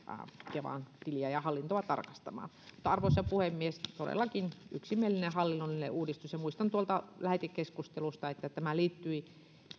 kevan tiliä ja hallintoa tarkastamaan arvoisa puhemies todellakin yksimielinen hallinnollinen uudistus ja muistan tuolta lähetekeskustelusta että tämä liittyi